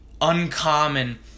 uncommon